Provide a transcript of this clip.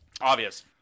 Obvious